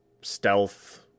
stealth